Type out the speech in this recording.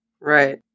Right